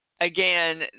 Again